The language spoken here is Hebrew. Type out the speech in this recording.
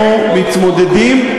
אנחנו מתמודדים,